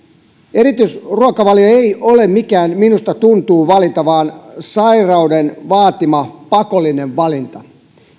erityisruokavalio ei ole mikään minusta tuntuu valinta vaan sairauden vaatima pakollinen valinta